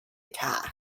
attack